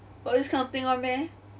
got this kind of thing [one] meh